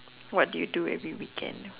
what do you do every weekend